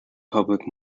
public